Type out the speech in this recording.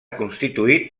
constituït